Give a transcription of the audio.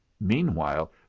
Meanwhile